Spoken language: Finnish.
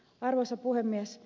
arvoisa puhemies